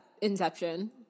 inception